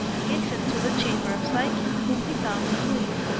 hastened to the chamber of psyche, whom he found asleep.